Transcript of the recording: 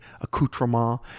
accoutrement